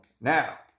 now